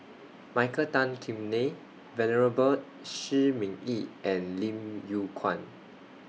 Michael Tan Kim Nei Venerable Shi Ming Yi and Lim Yew Kuan